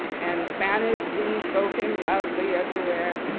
and spanish being spoken loudly everywhere,